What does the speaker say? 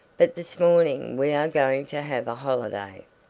but this morning we are going to have a holiday.